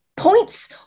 points